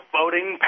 voting